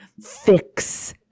fix